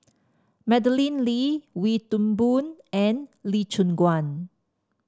Madeleine Lee Wee Toon Boon and Lee Choon Guan